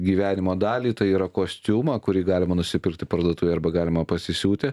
gyvenimo dalį tai yra kostiumą kurį galima nusipirkti parduotuvėj arba galima pasisiūti